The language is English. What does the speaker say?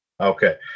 Okay